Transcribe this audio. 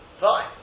Fine